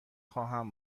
خواهم